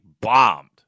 bombed